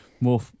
More